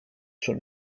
schon